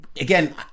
again